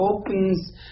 opens